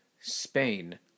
Spain